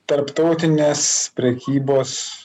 tarptautinės prekybos